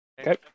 Okay